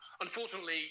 unfortunately